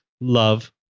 love